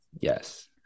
Yes